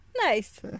Nice